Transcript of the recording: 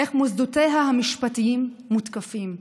איך מוסדותיה המשפטיים מותקפים,